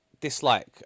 dislike